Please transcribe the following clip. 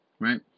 right